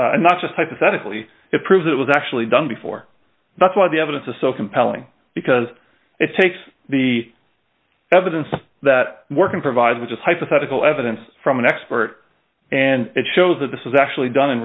just hypothetically it proves it was actually done before that's why the evidence is so compelling because it takes the evidence that working provides just hypothetical evidence from an expert and it shows that this is actually done in